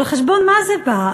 על חשבון מה זה בא?